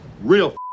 real